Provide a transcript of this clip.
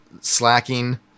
slacking